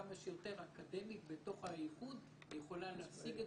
כמה שיותר אקדמית בתוך האיחוד והיא יכולה להשיג את